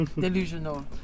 Delusional